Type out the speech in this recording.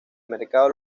mercado